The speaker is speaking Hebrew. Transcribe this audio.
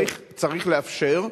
צריך לאפשר,